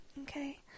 okay